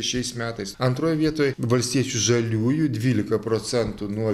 šiais metais antroj vietoj valstiečių žaliųjų dvylika procentų nuo